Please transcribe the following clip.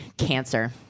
cancer